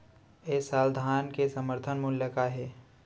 ए साल धान के समर्थन मूल्य का हे?